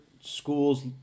schools